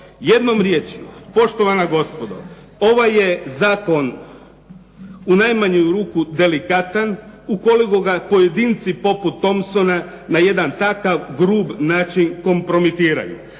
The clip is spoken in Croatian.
Jednom rječju, poštovana gospodo, ovaj je zakon u najmanju ruku delikatan, ukoliko ga pojedinci poput Thompsona na jedan takav grub način kompromitiraju.